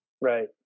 Right